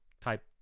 type